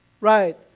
Right